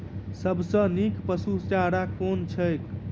सबसँ नीक पशुचारा कुन छैक?